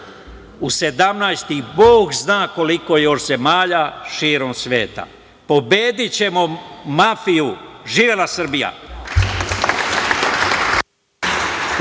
u 17 i bog zna koliko zemalja širom sveta. Pobedićemo mafiju! Živela Srbija!